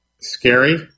scary